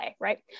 right